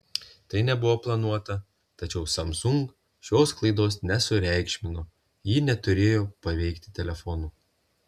tai nebuvo planuota tačiau samsung šios klaidos nesureikšmino ji neturėjo paveikti telefonų